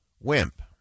wimp